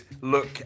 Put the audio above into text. look